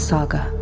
Saga